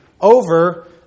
over